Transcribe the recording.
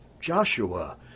Joshua